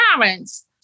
parents